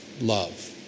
love